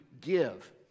give